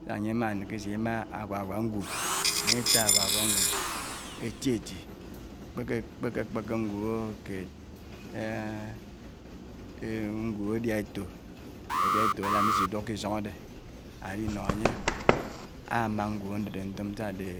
. sá ánye ámá nèké isimà àwàwà ngwub, ányé átá àwàwà ngwub éti éti, ákpèké kpéké ngwub ò kèd ngwub ádiá étò, ádiá éto ádá ánsisi duk ke’ isòng ádè ádi nó ányé, ámá ngwub andèdè ntò mmi sà dé